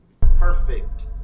perfect